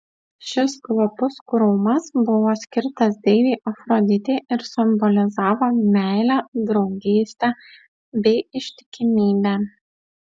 šis kvapus krūmas buvo skirtas deivei afroditei ir simbolizavo meilę draugystę bei ištikimybę